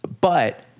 but-